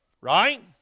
Right